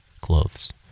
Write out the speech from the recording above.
Clothes